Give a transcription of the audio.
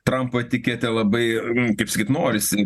trampo etiketę labai kaip sakyt norisi